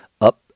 up